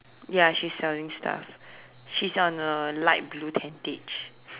ya she's selling stuff she's on a light blue tentage